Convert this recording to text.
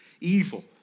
evil